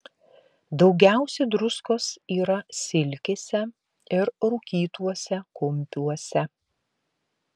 daugiausia druskos yra silkėse ir rūkytuose kumpiuose